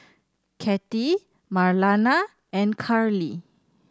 Kathey Marlana and Karlie